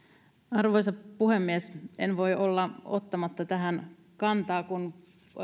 arvoisa puhemies en voi olla ottamatta tähän kantaa kun